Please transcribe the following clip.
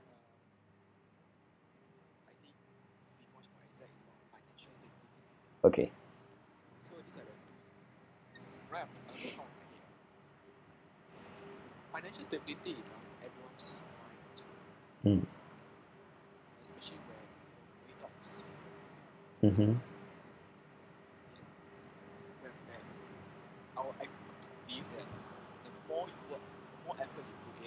okay mm mmhmm